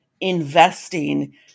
investing